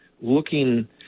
looking